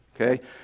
okay